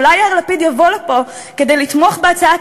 אולי יאיר לפיד יבוא לפה כדי לתמוך בהצעת